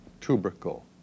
tubercle